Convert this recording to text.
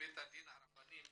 בבתי הדין הרבניים